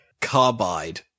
Carbide